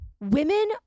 Women